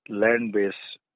land-based